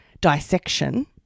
dissection